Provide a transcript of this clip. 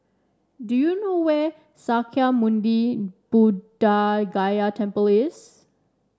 do you know where Sakya Muni Buddha Gaya